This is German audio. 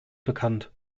bekannt